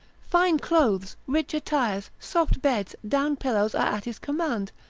fine clothes, rich attires, soft beds, down pillows are at his command,